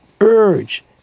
urge